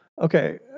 okay